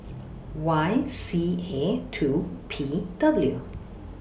Y C A two P W